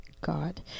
God